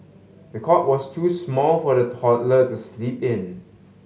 the cot was too small for the toddler to sleep in